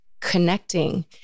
connecting